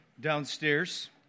downstairs